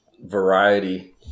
variety